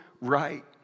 right